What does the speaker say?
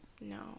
No